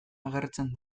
agertzen